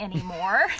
Anymore